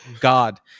God